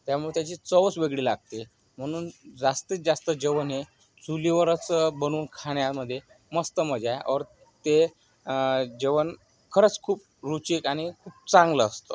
त्यामुळे त्याची चवच वेगळी लागते म्हणून जास्तीतजास्त जेवण हे चुलीवरच बनवून खाण्यामध्ये मस्त मजा आहे और ते जेवण खरंच खूप रुचिक आणि चांगलं असतं